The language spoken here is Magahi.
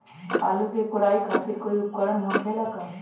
आलू के कोराई करे खातिर कोई उपकरण हो खेला का?